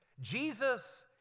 Jesus